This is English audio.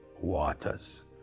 waters